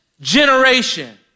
generation